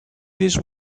this